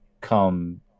come